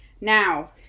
Now